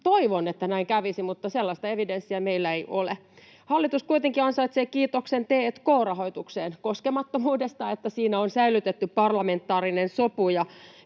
Toivon että näin kävisi, mutta sellaista evidenssiä meillä ei ole. Hallitus kuitenkin ansaitsee kiitoksen t&k-rahoituksen koskemattomuudesta, että siinä on säilytetty parlamentaarinen sopu